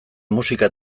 musika